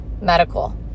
medical